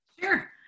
Sure